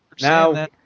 Now